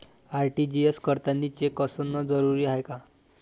RTGS करतांनी cheque असनं जरुरीच हाय का?